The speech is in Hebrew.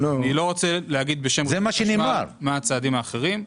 אני לא רוצה להגיד בשם רשות החשמל מה הצעדים האחרים.